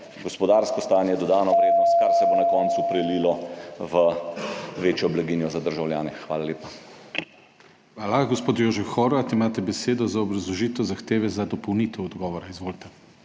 gospodarsko stanje, dodano vrednost, kar se bo na koncu prelilo v večjo blaginjo za državljane. Hvala lepa. **PODPREDSEDNIK DANIJEL KRIVEC:** Hvala. Gospod Jožef Horvat, imate besedo za obrazložitev zahteve za dopolnitev odgovora. Izvolite.